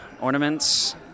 ornaments